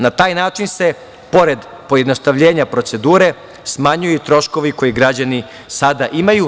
Na taj način se pored pojednostavljenja procedure smanjuju troškovi koji građani sada imaju.